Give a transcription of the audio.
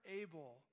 able